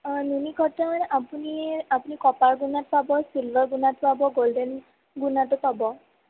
অঁ নুনি কটন আপুনি আপুনি কপাৰ গুণাত পাব ছিলভাৰ গুণাত পাব গল্ডেন গুণাটো পাব